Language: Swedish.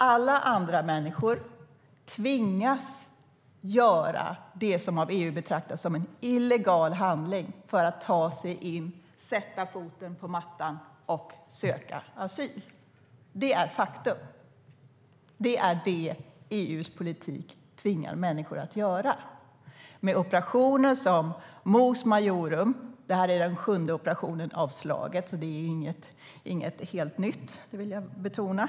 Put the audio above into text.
Alla andra människor tvingas göra det som av EU betraktas som en illegal handling för att ta sig in, sätta foten på mattan och söka asyl. Det är faktum. Det är det EU:s politik tvingar människor att göra. Mos Maiorum är den sjunde operationen som har avslutats, så det är inget helt nytt, vill jag betona.